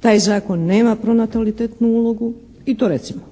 Taj Zakon nema pronatalitetnu ulogu i to recimo,